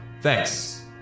Thanks